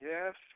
Yes